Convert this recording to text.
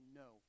no